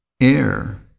air